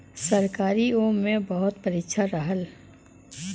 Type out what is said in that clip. सरकारीओ मे बहुत परीक्षा रहल